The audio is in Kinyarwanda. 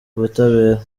ubutabera